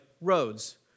roads